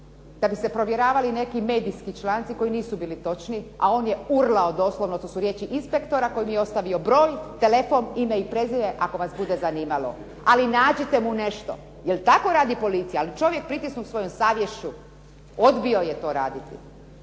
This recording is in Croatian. kad bi se provjeravali neki medijski članci koji nisu bili točni a on je urlao doslovno, to su riječi inspektora koji mi je ostavio broj, telefon, ime i prezime ako vas bude zanimalo. Ali nađite mu nešto. Je li tako radi policija? Ali čovjek pritisnut svojom savješću odbio je to raditi,